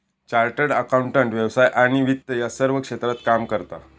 chartered accountant व्यवसाय आणि वित्त या सर्व क्षेत्रात काम करता